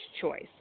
choice